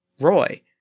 Roy